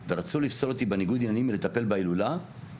רצו לפסול אותי בניגוד עניינים מלטפל בהילולא כיוון